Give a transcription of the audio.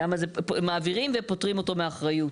למה זה, מעבירים ופוטרים אותו מאחריות.